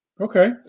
Okay